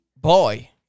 boy